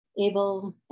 able